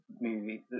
movie